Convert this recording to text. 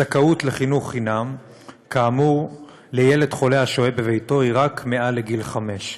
הזכאות לחינוך חינם כאמור לילד חולה השוהה בביתו היא רק מעל גיל חמש.